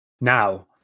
Now